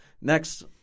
Next